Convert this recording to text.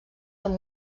amb